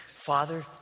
Father